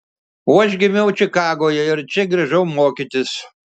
o aš gimiau čikagoje ir čia grįžau mokytis